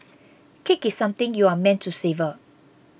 cake is something you are meant to savour